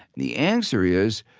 the answer is,